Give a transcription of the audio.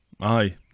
Aye